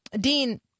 Dean